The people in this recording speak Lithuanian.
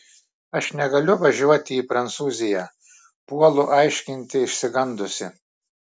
aš negaliu važiuoti į prancūziją puolu aiškinti išsigandusi